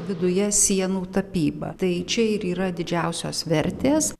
viduje sienų tapyba tai čia ir yra didžiausios vertės